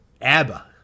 ABBA